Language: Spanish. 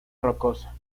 rocosa